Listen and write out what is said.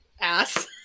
Ass